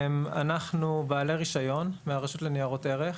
אנחנו בעלי רישיון מרשות ניירות ערך,